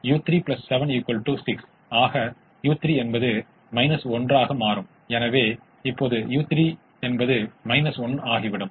66 உடன் ஒரு தீர்வு இந்த ப்ரைமலுக்கு உகந்ததாக இல்லாவிட்டால் இந்த ப்ரிமலுக்கான உகந்தது 66 ஐ விட ஒரு புறநிலை செயல்பாட்டு மதிப்பைக் கொண்டிருக்க வேண்டும்